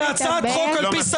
תקשיבו לו.